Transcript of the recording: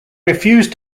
refuse